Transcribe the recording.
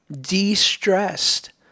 de-stressed